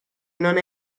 non